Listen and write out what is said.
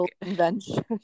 invention